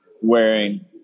wearing